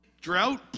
Drought